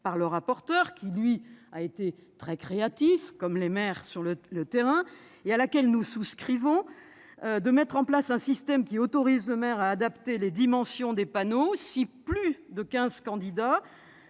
par le rapporteur, qui a été très créatif, comme les maires sur le terrain, et à laquelle nous souscrivons, est de mettre en place un système autorisant le maire à adapter les dimensions des panneaux si plus de quinze candidats